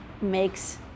makes